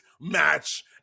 match